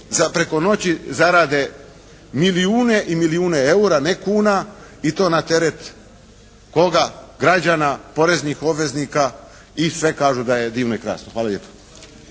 preko noći zarade milijune i milijune EUR-a, ne kuna i to na teret koga? Građana, poreznih obveznika i sve kažu da je divno i krasno. Hvala lijepo.